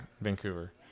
Vancouver